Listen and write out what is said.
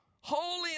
Holy